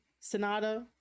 Sonata